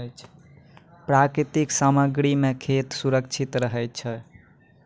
प्राकृतिक सामग्री सें खेत सुरक्षित रहै छै